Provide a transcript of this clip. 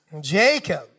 Jacob